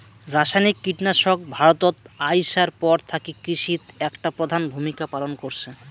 রাসায়নিক কীটনাশক ভারতত আইসার পর থাকি কৃষিত একটা প্রধান ভূমিকা পালন করসে